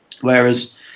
Whereas